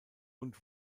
und